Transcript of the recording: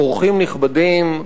אורחים נכבדים,